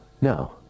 No